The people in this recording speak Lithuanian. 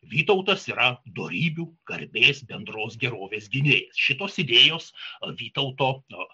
vytautas yra dorybių garbės bendros gerovės gynėjai šitos idėjos vytauto